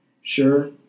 Sure